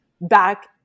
back